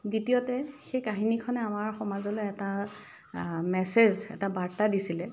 দ্বিতীয়তে সেই কাহিনীখনে আমাৰ সমাজলৈ এটা মেছেজ এটা বাৰ্তা দিছিলে